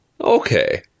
Okay